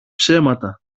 ψέματα